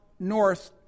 north